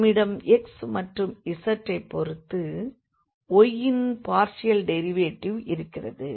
நம்மிடம் x மற்றும் z ஐ பொறுத்து y இன் பார்ஷியல் டெரிவேட்டிவ்ஸ் இருக்கிறது